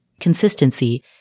Consistency